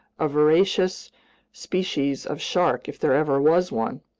a voracious species of shark if there ever was one.